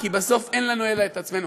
כי בסוף אין לנו אלא את עצמנו.